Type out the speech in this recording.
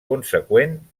conseqüent